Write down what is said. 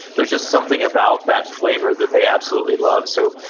there's just something about that flavor, that they absolutely love. so,